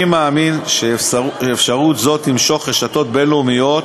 אני מאמין שאפשרות זו תמשוך רשתות בין-לאומיות